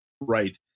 right